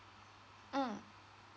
mm